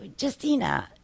Justina